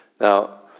Now